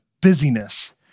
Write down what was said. busyness